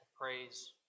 praise